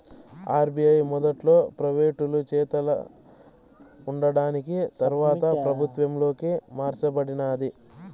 RBI మొదట్ల ప్రైవేటోలు చేతల ఉండాకాని తర్వాత పెబుత్వంలోకి మార్స బడినాది